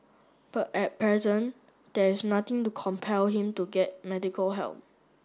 but at present there is nothing to compel him to get medical help